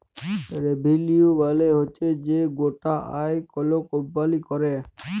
revenue মালে হচ্যে যে গটা আয় কল কম্পালি ক্যরে